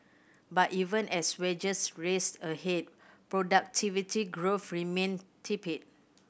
but even as wages raced ahead productivity growth remained tepid